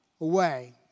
away